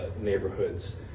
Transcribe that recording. neighborhoods